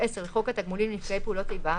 10 לחוק התגמולים לנפגעי פעולות איבה,